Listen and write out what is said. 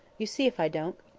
you see if i don't.